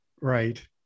Right